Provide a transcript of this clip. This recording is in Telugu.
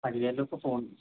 పది గంట్లకు ఫోన్